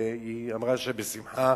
והיא אמרה שבשמחה,